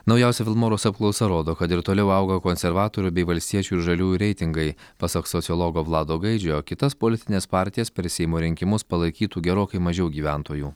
naujausia vilmorus apklausa rodo kad ir toliau auga konservatorių bei valstiečių ir žaliųjų reitingai pasak sociologo vlado gaidžio kitas politines partijas per seimo rinkimus palaikytų gerokai mažiau gyventojų